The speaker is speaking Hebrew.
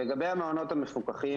לגבי המעונות המפוקחים,